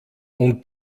und